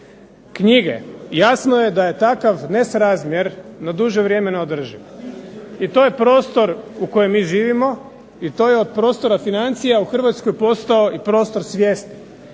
knjige, jasno je da je takav nesrazmjer na duže vrijeme neodrživ. I to je prostor u kojem mi živimo i to je od prostora financija u Hrvatskoj postao i prostor svijesti.